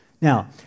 Now